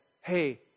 Hey